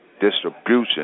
distribution